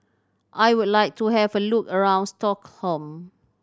I would like to have a look around Stockholm